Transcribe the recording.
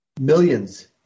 millions